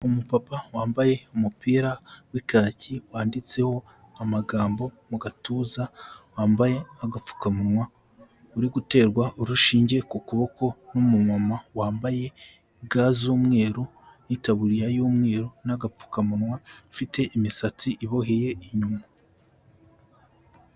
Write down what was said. Umupapa wambaye umupira w'ikaki, wanditseho amagambo mu gatuza, wambaye agapfukamunwa, uri guterwa urushinge ku kuboko n'umumama wambaye ga z'umweru, n'iyitaburiye y'umweru n'agapfukamunwa, ufite imisatsi iboheye inyuma.